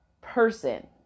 person